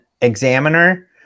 Examiner